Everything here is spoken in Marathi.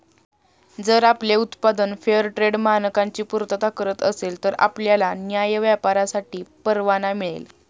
जर आपले उत्पादन फेअरट्रेड मानकांची पूर्तता करत असेल तर आपल्याला न्याय्य व्यापारासाठी परवाना मिळेल